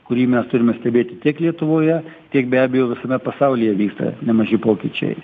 kurį mes turime stebėti tiek lietuvoje tik be abejo visame pasaulyje vyksta nemaži pokyčiai